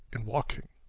in walking.